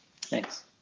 thanks